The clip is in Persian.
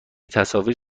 تصاویر